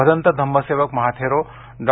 Bhadant Dhammasevak Mahathero Dr